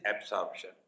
absorption